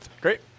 Great